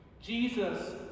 Jesus